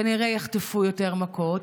כנראה יחטפו יותר מכות,